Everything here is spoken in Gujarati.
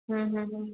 હમ હમ હમ